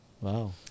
Wow